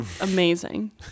Amazing